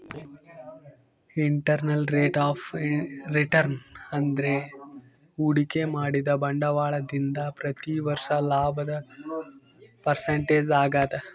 internal rate of return ಅಂದ್ರೆ ಹೂಡಿಕೆ ಮಾಡಿದ ಬಂಡವಾಳದಿಂದ ಪ್ರತಿ ವರ್ಷ ಲಾಭದ ಪರ್ಸೆಂಟೇಜ್ ಆಗದ